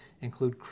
include